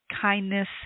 kindness